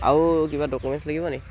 আৰু কিবা ডকুমেণ্টছ লাগিব নেকি